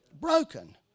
Broken